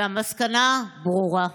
והמסקנה ברורה.